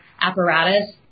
apparatus